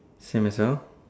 same as well